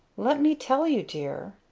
let me tell you, dear.